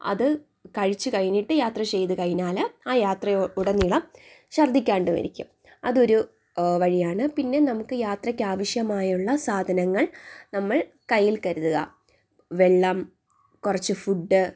അത് കഴിച്ചു കഴിഞ്ഞിട്ട് യാത്ര ചെയ്തു കഴിഞ്ഞാൽ ആ യാത്ര ഉടനീളം ചർദ്ദിക്കാണ്ടും ഇരിക്കും അതൊരു വഴിയാണ് പിന്നെ നമുക്ക് യാത്രയ്ക്ക് ആവശ്യമായുള്ള സാധനങ്ങൾ നമ്മൾ കയ്യിൽ കരുതുക വെള്ളം കുറച്ച് ഫുഡ്